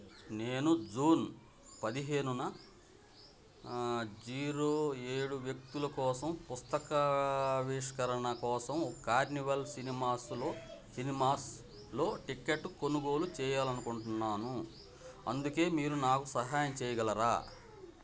నేను జూన్ పదిహేనున జీరో ఏడు వ్యక్తుల కోసం పుస్తకావిష్కరణ కోసం కార్నివాల్ సినిమాస్లో సినిమాస్లో టిక్కెట్ కొనుగోలు చెయ్యాలనుకుంటున్నాను అందుకే మీరు నాకు సహాయం చేయగలరా